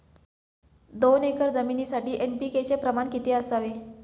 दोन एकर जमीनीसाठी एन.पी.के चे प्रमाण किती असावे?